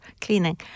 cleaning